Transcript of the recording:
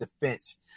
defense